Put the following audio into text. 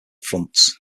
fronts